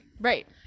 Right